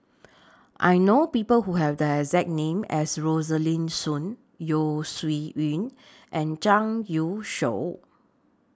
I know People Who Have The exact name as Rosaline Soon Yeo Shih Yun and Zhang Youshuo